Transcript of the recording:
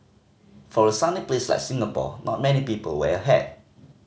for a sunny place like Singapore not many people wear a hat